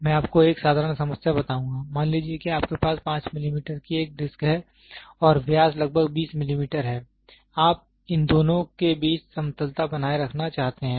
मैं आपको एक साधारण समस्या बताऊंगा मान लीजिए कि आपके पास 5 मिलीमीटर की एक डिस्क है और व्यास लगभग 20 मिलीमीटर है आप इन दोनों के बीच समतलता बनाए रखना चाहते हैं